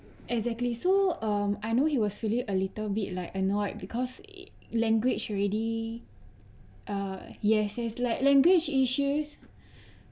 exactly so um I know he was feeling a little bit like annoyed because language already ah yes yes like language issues